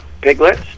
piglets